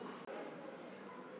माझी शिल्लक रक्कम किती आहे?